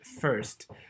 first